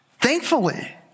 Thankfully